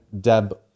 Deb